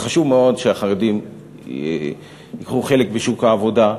חשוב מאוד שהחרדים ייקחו חלק בשוק העבודה,